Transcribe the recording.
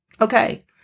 okay